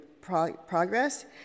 progress